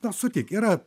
na sutik yra